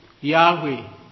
Yahweh